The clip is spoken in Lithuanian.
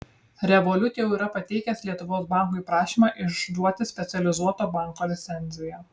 revolut jau yra pateikęs lietuvos bankui prašymą išduoti specializuoto banko licenciją